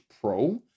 Pro